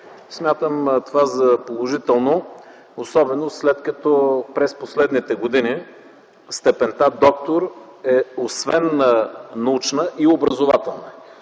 Смятам това за положително, особено след като през последните години степента „доктор” е освен научна и образователна.